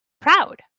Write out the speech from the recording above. proud